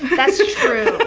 that's ah true,